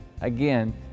Again